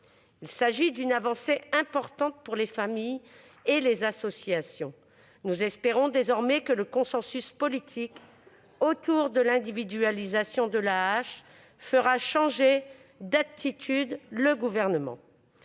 Il s'agit d'une avancée importante pour les familles et les associations. Nous espérons désormais que le consensus politique autour de ce principe fera changer le Gouvernement